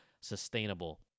sustainable